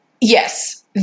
Yes